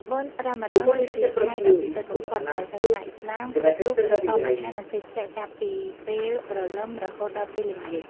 បុណ្យរ៉ាម៉ាឌន គឺជាខែដ៏ពិសិដ្ឋបំផុតដែលសាសនិកឥស្លាមគ្រប់រូបត្រូវតមអាហារ និងភេសជ្ជៈចាប់ពីពេលព្រលឹមរហូតដល់ពេលល្ងាច។